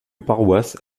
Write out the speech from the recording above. paroisse